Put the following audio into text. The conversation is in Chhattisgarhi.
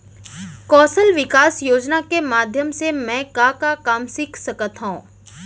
कौशल विकास योजना के माधयम से मैं का का काम सीख सकत हव?